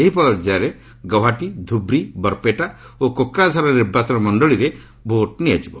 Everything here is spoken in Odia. ଏହି ପର୍ଯ୍ୟାୟରେ ଗୌହାଟୀ ଧୁର୍ବୀ ବରପେଟା ଓ କୋକ୍ରାଝର ନିର୍ବାଚନ ମଣ୍ଡଳୀରେ ଭୋଟ୍ଗ୍ରହଣ ହେବ